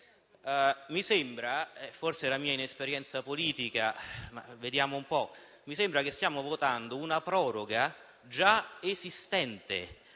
me sembra che noi stiamo votando una proroga già esistente.